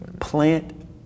Plant